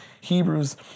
Hebrews